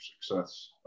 success